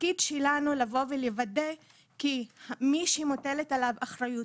התפקיד שלנו הוא לוודא שמי שמוטלת עליו האחריות,